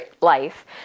life